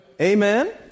Amen